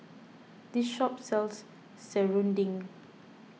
this shop sells Serunding